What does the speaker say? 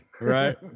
Right